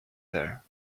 there